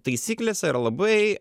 taisyklėse yra labai